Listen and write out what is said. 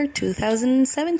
2017